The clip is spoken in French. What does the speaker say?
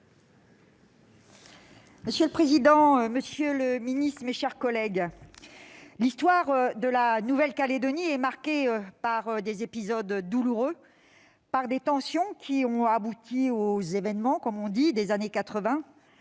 Monsieur le président, monsieur le ministre, mes chers collègues, l'histoire de la Nouvelle-Calédonie est marquée par des épisodes douloureux, par des tensions qui ont abouti aux « événements » des années 1980,